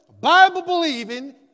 Bible-believing